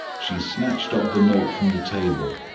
she snatched up the note from the table,